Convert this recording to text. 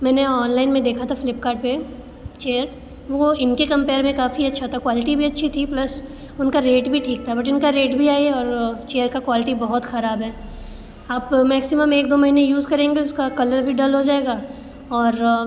मैंने ऑनलाइन में देखा था फ्लिपकार्ट पर चेयर वो इनके कम्पेयर में काफ़ी अच्छा था क्वालटी भी अच्छी थी प्लस उनका रेट भी ठीक था बट इनका रेट भी आई और चेयर का क्वालटी बहुत ख़राब है आप मैक्सिमम एक दो महीने यूज़ करेंगे उसका कलर भी डल हो जाएगा और